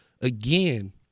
again